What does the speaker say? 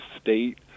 state